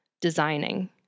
designing